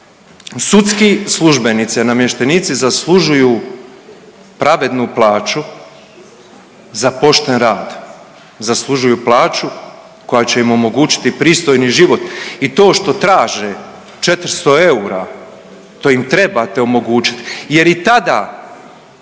Sudski službenici i namještenici zaslužuju pravednu plaću za pošten rad. Zaslužuju plaću koja će im omogućiti pristojni život i to što traže 400 eura to im trebate omogućiti